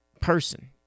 person